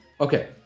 Okay